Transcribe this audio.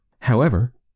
However